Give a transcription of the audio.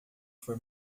foi